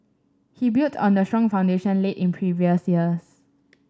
he built on the strong foundation laid in previous years